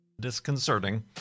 disconcerting